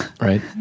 right